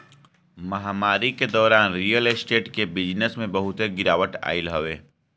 महामारी के दौरान रियल स्टेट के बिजनेस में बहुते गिरावट आइल हवे